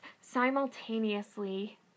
simultaneously